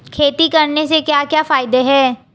खेती करने से क्या क्या फायदे हैं?